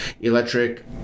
electric